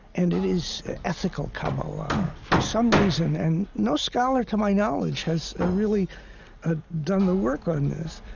and it is ethical kabbalah. for some reason, and no scholar to my knowledge has ah really ah done the work on this,